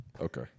Okay